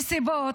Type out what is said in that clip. נסיבות.